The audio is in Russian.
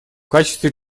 качестве